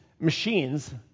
machines